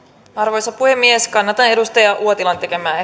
arvoisa puhemies kannatan edustaja uotilan tekemää